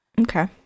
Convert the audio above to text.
Okay